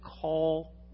call